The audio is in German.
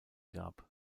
gab